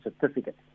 certificate